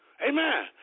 Amen